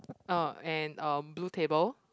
uh and um blue table